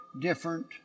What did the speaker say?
different